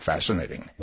Fascinating